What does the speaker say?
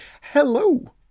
Hello